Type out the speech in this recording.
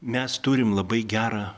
mes turim labai gerą